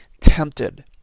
tempted